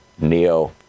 neo